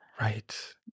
Right